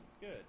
Good